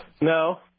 No